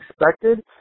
expected